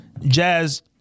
Jazz